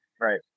Right